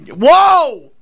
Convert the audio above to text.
whoa